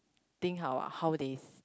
think how how they